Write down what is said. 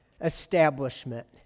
establishment